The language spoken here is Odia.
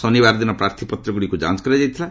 ଶନିବାର ଦିନ ପ୍ରାର୍ଥୀପତ୍ରଗୁଡ଼ିକ ଯାଞ୍ଚ କରାଯାଇଥିଲା